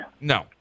No